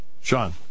Sean